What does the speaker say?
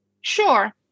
sure